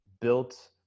built